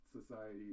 society